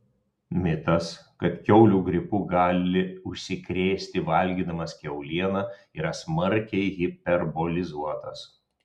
mitas kad kiaulių gripu gali užsikrėsti valgydamas kiaulieną yra smarkiai hiperbolizuotas